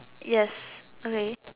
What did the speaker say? yes okay